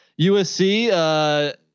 USC